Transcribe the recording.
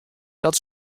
dat